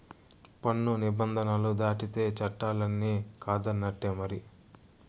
పన్ను నిబంధనలు దాటితే చట్టాలన్ని కాదన్నట్టే మరి